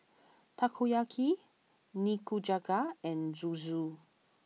Takoyaki Nikujaga and Zosui